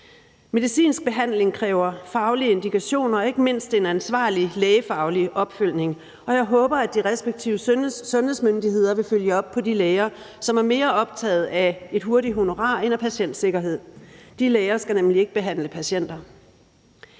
Medicinsk behandling kræver faglige indikationer og ikke mindst en ansvarlig lægefaglig opfølgning, og jeg håber, at de respektive sundhedsmyndigheder vil følge op på de læger, som er mere optaget af et hurtigt honorar end af patientsikkerhed. De læger skal nemlig ikke behandle patienter.